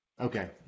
Okay